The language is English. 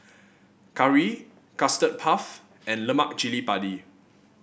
curry Custard Puff and Lemak Cili Padi